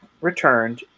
returned